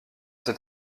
cet